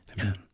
amen